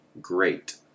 great